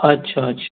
اچھا اچھا